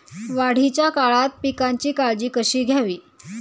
वाढीच्या काळात पिकांची काळजी कशी घ्यावी?